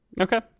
Okay